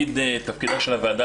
תפקידה של הוועדה,